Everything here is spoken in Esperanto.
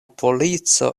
polico